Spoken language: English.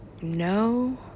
No